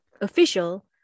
official